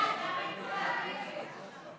לוועדת החינוך,